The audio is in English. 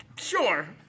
Sure